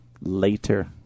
Later